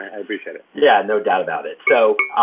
i appreciate it. yeah, no doubt about it. so,